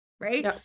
right